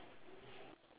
then